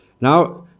Now